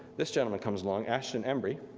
this gentleman comes along, ashton embry,